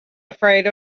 afraid